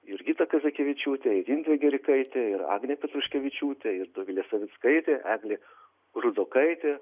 jurgita kazakevičiūtė ir indrė gerikaitė ir agnė petruškevičiūtė ir dovilė savickaitė eglė rudokaitė